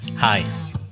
Hi